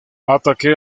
ataque